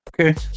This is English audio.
Okay